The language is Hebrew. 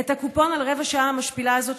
את הקופון על רבע השעה המשפילה הזאת